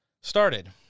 started